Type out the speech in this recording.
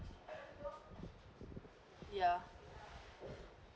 ya